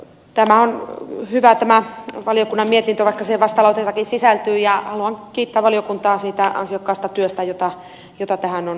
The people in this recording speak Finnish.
tämä valiokunnan mietintö on hyvä vaikka siihen vastalauseitakin sisältyy ja haluan kiittää valiokuntaa siitä ansiokkaasta työstä jota tähän on sisältynyt